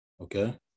Okay